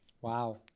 Wow